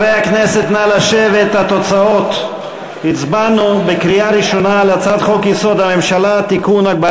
הצעת החוק אושרה בקריאה ראשונה ותועבר